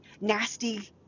nasty